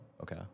okay